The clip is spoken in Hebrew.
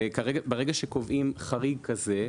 וברגע שקובעים חריג כזה,